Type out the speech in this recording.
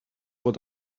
what